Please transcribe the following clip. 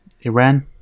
Iran